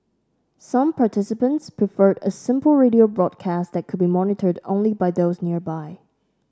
some participants preferred a simple radio broadcast that could be monitored only by those nearby